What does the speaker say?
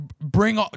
Bring